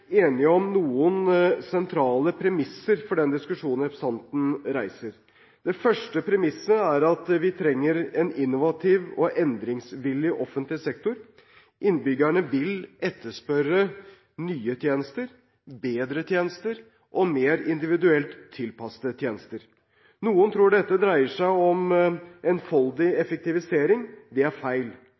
enige om noen sentrale premisser for den diskusjonen representanten reiser. Det første premisset er at vi trenger en innovativ og endringsvillig offentlig sektor. Innbyggerne vil etterspørre nye, bedre og mer individuelt tilpassede tjenester. Noen tror dette dreier seg om enfoldig effektivisering. Det er feil.